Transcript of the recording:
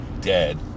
dead